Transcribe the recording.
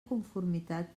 conformitat